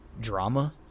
drama